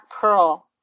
Pearl